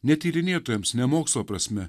ne tyrinėtojams ne mokslo prasme